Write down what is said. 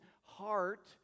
heart